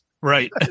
Right